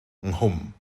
nghwm